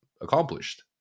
accomplished